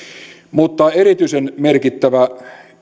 mutta erityisen merkittävä